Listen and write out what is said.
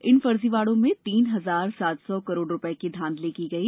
इन फर्जीवाडों में तीन हजार सात सौ करोड रुपये की घांधली की गई